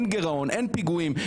אין גירעון, אין פיגועים.